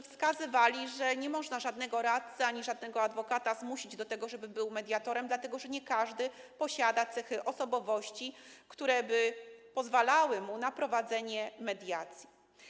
Wskazywali oni, że nie można żadnego radcy ani żadnego adwokata zmusić do tego, żeby był mediatorem, dlatego że nie każdy posiada cechy osobowości, które by pozwalały mu na prowadzenie mediacji.